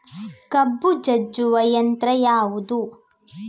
ಕಬ್ಬು ಜಜ್ಜುವ ಯಂತ್ರ ಯಾವುದು?